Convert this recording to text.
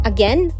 Again